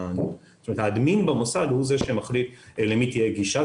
וה-admin במוסד הוא זה שמחליט למי תהיה גישה.